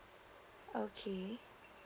okay